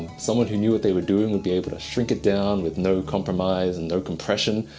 someone who knew what they were doing would be able to shrink it down with no compromise and no compression.